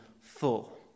full